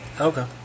okay